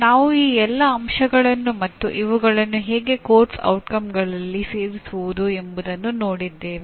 ನಾವು ಈ ಎಲ್ಲ ಅಂಶಗಳನ್ನು ಮತ್ತು ಇವುಗಳನ್ನು ಹೇಗೆ ಪಠ್ಯಕ್ರಮದ ಪರಿಣಾಮಗಳಲ್ಲಿ ಸೇರಿಸುವುದು ಎಂಬುದನ್ನು ನೋಡಿದ್ದೇವೆ